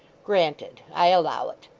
granted. i allow it.